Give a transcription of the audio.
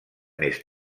més